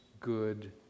good